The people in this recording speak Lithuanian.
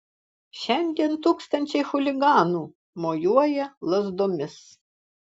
šiandien tūkstančiai chuliganų mojuoja lazdomis